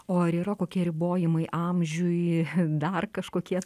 o ar yra kokie ribojimai amžiui dar kažkokie